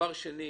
דבר שני,